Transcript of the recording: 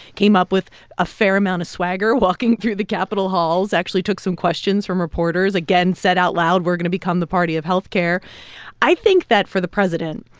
came up with a fair amount of swagger walking through the capitol halls, actually took some questions from reporters, again said out loud, we're going to become the party of health care i think that for the president,